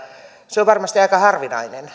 se on varmasti aika harvinaista